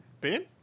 ben